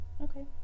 Okay